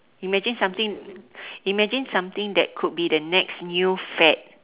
imagine something imagine something that could be the next new fad